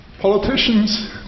Politicians